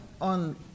on